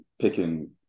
picking